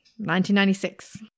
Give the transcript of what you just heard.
1996